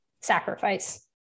sacrifice